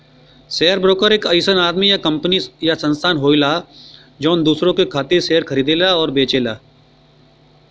share broker एक अइसन आदमी या कंपनी या संस्थान होला जौन दूसरे के खातिर शेयर खरीदला या बेचला